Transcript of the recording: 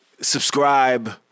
Subscribe